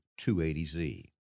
280Z